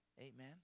Amen